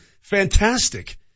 fantastic